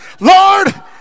Lord